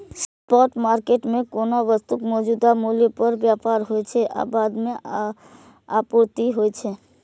spot market मे कोनो वस्तुक मौजूदा मूल्य पर व्यापार होइ छै आ बाद मे आपूर्ति होइ छै